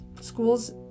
school's